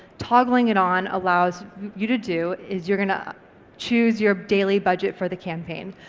toggling it on allows you to do is you're gonna choose your daily budget for the campaign.